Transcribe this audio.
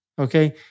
okay